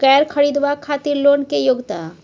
कैर खरीदवाक खातिर लोन के योग्यता?